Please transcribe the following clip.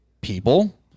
people